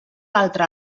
altre